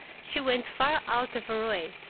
she went far out of her way,